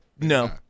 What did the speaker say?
No